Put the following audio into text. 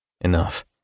enough